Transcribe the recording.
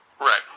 Right